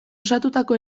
osatutako